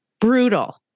Brutal